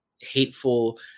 hateful